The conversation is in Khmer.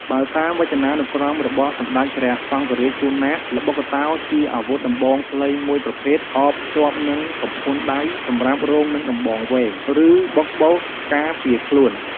បើតាមវចនានុក្រមរបស់សម្តេចព្រះសង្ឈរាជ ជួន ណាត ល្បុក្កតោជាអាវុធដំបងខ្លីមួយប្រភេទអបភ្ជាប់នឹងកំផួនដៃសម្រាប់រងនឹងដំបងវែង ឬបុកបុះការអារខ្លួន។